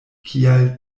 kial